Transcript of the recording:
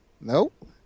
nope